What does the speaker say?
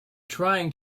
trying